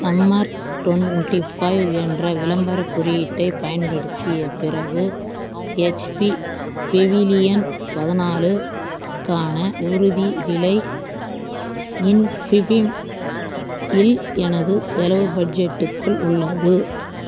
summer twenty five என்ற விளம்பரக் குறியீட்டைப் பயன்படுத்திய பிறகு ஹெச்பி பெவிலியன் பதினாலுக்கான உறுதி விலை இன்ஃபீபீம் இல் எனது செலவு பட்ஜெட்டுக்குள் உள்ளது